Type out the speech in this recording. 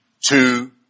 two